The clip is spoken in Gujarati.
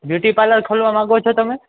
બ્યુટી પાર્લર ખોલવા માગો છો તમે